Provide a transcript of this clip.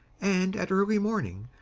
and at early morning,